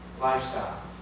lifestyle